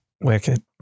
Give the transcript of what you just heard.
wicked